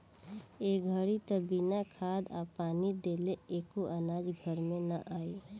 ए घड़ी त बिना खाद आ पानी देले एको अनाज घर में ना आई